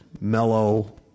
mellow